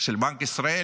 של בנק ישראל,